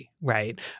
right